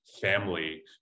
family